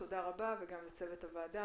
תודה רבה, וגם לצוות הוועדה.